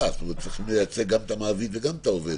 וצריכים לייצג גם את המעביד וגם את העובד